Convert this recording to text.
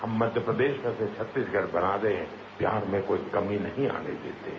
हम मध्यप्रदेश में से छत्तीसगढ़ बना दें प्यार में कोई कमी नही आने देते हैं